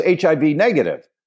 HIV-negative